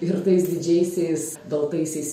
ir tais didžiaisiais baltaisiais